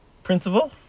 Principal